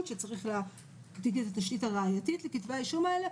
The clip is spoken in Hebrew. שצריך לתת את התשתית הראייתית לכתבי האישום האלה?